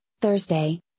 Thursday